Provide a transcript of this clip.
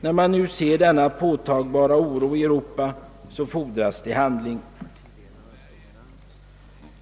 När man nu ser denna påtagliga oro i Europa fordras det handling.